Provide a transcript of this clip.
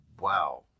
Wow